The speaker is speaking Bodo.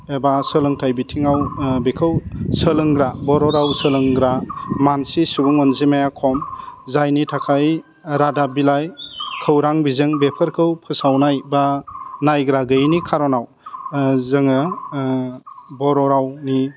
एबा सोलोंथाइ बिथिङाव बेखौ सोलोंग्रा बर' राव सोलोंग्रा मानसि सुबुं अनजिमाया खम जायनि थाखाय रादाब बिलाइ खौरां बिजों बेफोरखौ फोसावनाय बा नायग्रा गोयैनि खर'नाव जोङो बर' रावनि